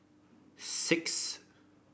six